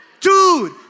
Dude